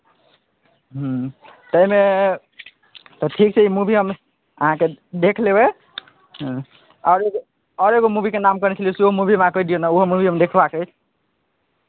हूँ ताहिमे तऽ ठीक छै ई मूवी हम अहाँके देख लेबै हूँ आओर एगो आओर एगो मूवीके नाम कहने छलियै सेहो मूवी हमरा कहि दियौ ने ओहो मूवी हमरा देखबाक अछि